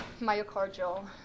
myocardial